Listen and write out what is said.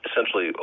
essentially